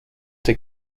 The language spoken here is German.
der